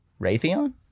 Raytheon